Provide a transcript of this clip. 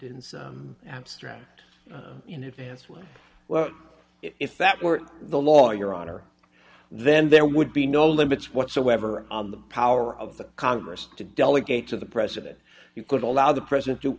in some abstract in advance when well if that were the law your honor then there would be no limits whatsoever on the power of the congress to delegate to the president you could allow the president do